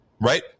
Right